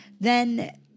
then-